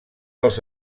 els